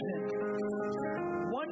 One